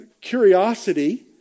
curiosity